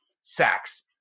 sacks